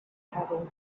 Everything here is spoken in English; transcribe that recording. having